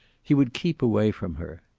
he would keep away from her.